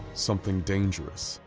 something dangerous.